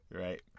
Right